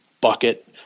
bucket